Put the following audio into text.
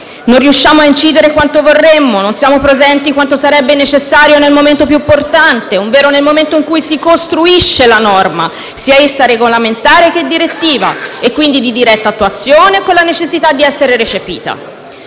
Non riusciamo a incidere quanto vorremmo, non siamo presenti quanto sarebbe necessario nel momento più importante, quello in cui si costruisce la norma, sia essa regolamentare o direttiva, quindi di diretta attuazione o con la necessità di essere recepita.